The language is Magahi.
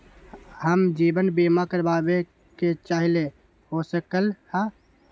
हम जीवन बीमा कारवाबे के चाहईले, हो सकलक ह?